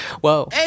Whoa